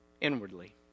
Inwardly